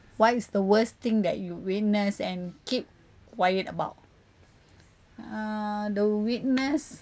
what is the worst thing that you witness and keep quiet about uh the witness